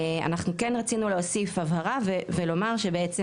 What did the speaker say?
אנחנו כן רצינו להוסיף הבהרה ולומר שבעצם